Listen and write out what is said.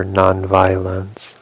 nonviolence